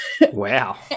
Wow